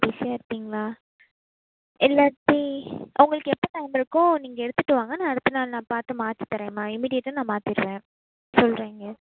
பிஸியாக இருப்பீங்களா இல்லாட்டி உங்களுக்கு எப்போ டைம் இருக்கோ நீங்கள் எடுத்துகிட்டு வாங்க நான் அடுத்த நாள் நான் பார்த்து மாற்றி தரேன்மா இம்மீடியட்டாக நான் மாற்றிருவேன் சொல்றேங்க